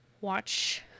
watch